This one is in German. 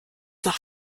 nach